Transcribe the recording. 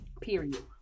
Period